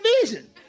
vision